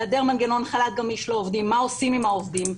היעדר מנגנון חל"ת לעובדים, מה עושים עם העובדים.